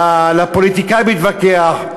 לפוליטיקאים להתווכח,